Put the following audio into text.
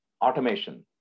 automation